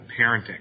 parenting